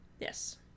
Yes